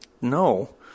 No